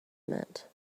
meant